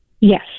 Yes